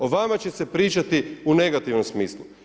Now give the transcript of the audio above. O vama će se pričati u negativnom smislu.